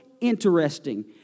interesting